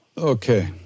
Okay